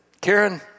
Karen